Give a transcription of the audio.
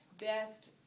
best